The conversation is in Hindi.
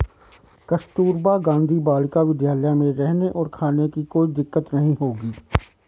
कस्तूरबा गांधी बालिका विद्यालय में रहने और खाने की कोई दिक्कत नहीं होगी